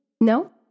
No